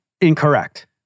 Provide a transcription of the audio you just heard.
incorrect